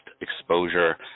exposure